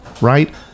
right